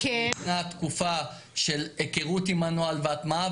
ניתנה תקופה של היכרות עם הנוהל והטמעה,